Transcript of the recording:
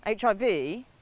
HIV